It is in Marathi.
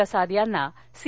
प्रसाद यांना सी